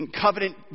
covenant